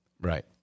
right